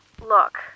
Look